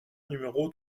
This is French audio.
numéro